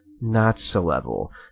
not-so-level